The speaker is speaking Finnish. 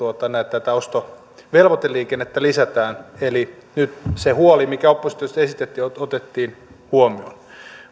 tätä ostovelvoiteliikennettä lisätään eli nyt se huoli mikä oppositiosta esitettiin otettiin huomioon